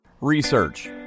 Research